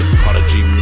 prodigy